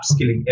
upskilling